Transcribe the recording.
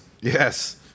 Yes